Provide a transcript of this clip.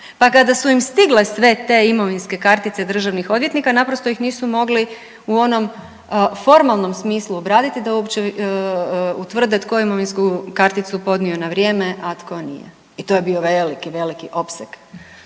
Pa kada su im stigle sve te imovinske kartice državnih odvjetnika naprosto ih nisu mogli u onom formalnom smislu obraditi da uopće utvrde tko je imovinsku karticu podnio na vrijeme, a tko nije i to je bio veliki, veliki opseg,